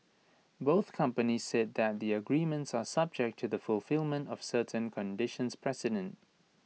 both companies said that the agreements are subject to the fulfilment of certain conditions precedent